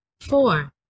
four